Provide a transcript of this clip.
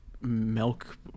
milk